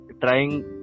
trying